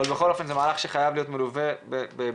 בכל אופן זה מהלך שחייב להיות מלווה באיסוף